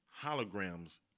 holograms